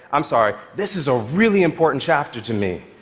i'm sorry. this is a really important chapter to me.